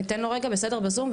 אז ניתן לו רגע בסדר בזום?